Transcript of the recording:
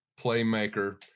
playmaker